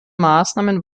maßnahmen